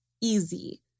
Easy